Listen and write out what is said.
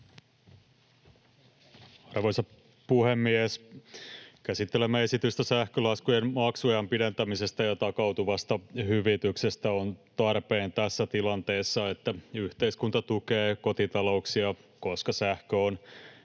Arvoisa puhemies! Käsittelemme esitystä sähkölaskujen maksuajan pidentämisestä ja takautuvasta hyvityksestä. Tässä tilanteessa on tarpeen, että yhteiskunta tukee kotitalouksia, koska sähkö on